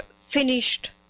finished